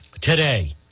today